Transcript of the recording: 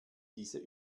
diese